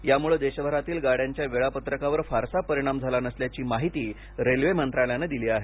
यामुळे देशभरातील गाड्यांच्या वेळापत्रकावर फारसा परिणाम झाला नसल्याची माहिती रेल्वे मंत्रालयाने दिली आहे